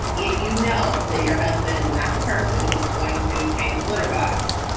if you know that your husband is not the person who's going to change the litter box,